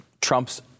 Trump's